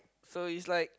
so it's like